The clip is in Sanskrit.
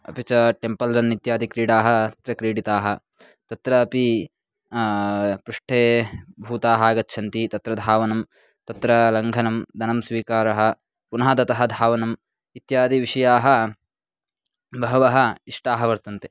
अपि च टेम्पल् रन् इत्यादयः क्रीडाः तत्र क्रीडिताः तत्रापि पृष्ठे भूताः आगच्छन्ति तत्र धावनं तथा लङ्घनं धनं स्वीकारः पुनः ततः धावनम् इत्यादयः विषयाः बहवः इष्टाः वर्तन्ते